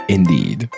Indeed